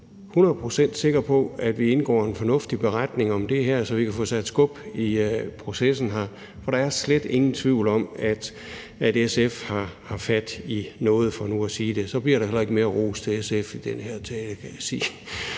sikre på, at vi indgår en fornuftig beretning om det her, så vi kan få sat skub i processen her, for der er slet ingen tvivl om, at SF har fat i noget – for nu at sige det ligeud. Så bliver der heller ikke mere ros til SF i den her tale, kan jeg sige.